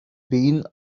been